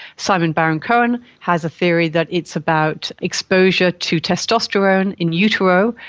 simon baron-cohen has a theory that it's about exposure to testosterone in utero,